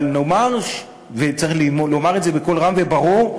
אבל נאמר, וצריך לומר את זה בקול רם וברור: